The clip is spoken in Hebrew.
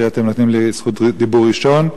שאתם נותנים לי זכות דיבור ראשון.